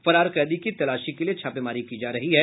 फरार कैदी की तलाशी के लिये छापेमारी की जा रही है